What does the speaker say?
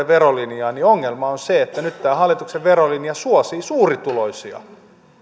verolinjaan niin ongelma on se että nyt tämä hallituksen verolinja suosii suurituloisia